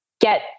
get